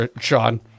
Sean